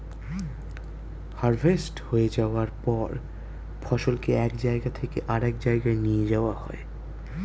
harvest হয়ে যাওয়ার পর ফসলকে এক জায়গা থেকে আরেক জায়গায় নিয়ে যাওয়া হয়